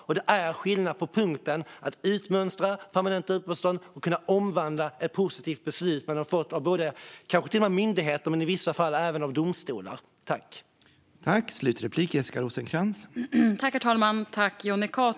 Och det är skillnad på att permanenta uppehållstillstånd utmönstras och att ett positivt beslut man fått av en myndighet eller i vissa fall en domstol ska kunna omvandlas.